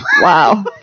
Wow